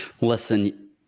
Listen